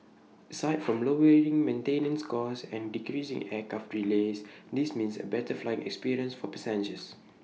aside from lowering maintenance costs and decreasing aircraft delays this means A better flying experience for passengers